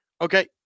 okay